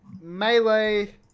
Melee